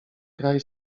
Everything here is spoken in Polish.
kraj